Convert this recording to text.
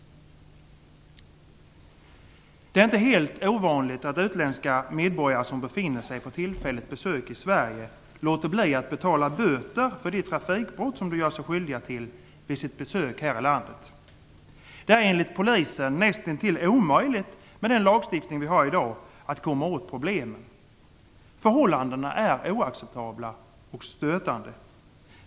Det är inte helt ovanligt att utländska medborgare som befinner sig på tillfälligt besök i Sverige låter bli att betala böter för de trafikbrott som de gör sig skyldiga till vid sitt besök här i landet. Det är enligt polisen nästintill omöjligt att med den lagstiftning vi har i dag komma åt problemen. Förhållandet är oacceptabelt och stötande.